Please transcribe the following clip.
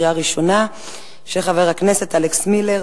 של חברי הכנסת אלכס מילר,